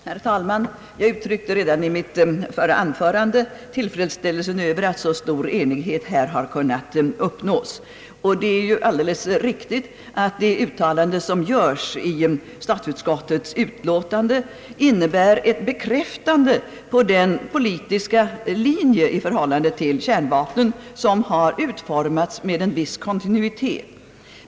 Herr talman! Jag uttryckte redan i mitt förra anförande tillfredsställelsen över att så stor enighet här har kunnat uppnås. Det är alldeles riktigt att uttalandet i statsutskottets utlåtande innebär en bekräftelse på den politiska linje i förhållande till kärnvapnen som har utformats med en viss kontinuitet.